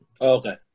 Okay